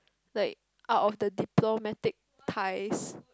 like out of the diplomatic ties